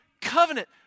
covenant